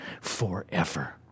forever